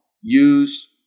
Use